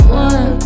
one